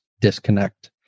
disconnect